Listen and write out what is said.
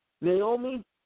Naomi